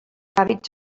hàbits